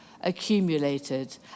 accumulated